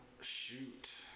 Shoot